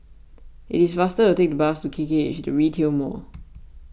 it is faster to take the bus to K K H the Retail Mall